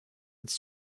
its